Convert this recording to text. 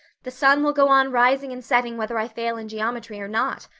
the sun will go on rising and setting whether i fail in geometry or not.